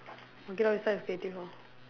okay lor you start with creative lor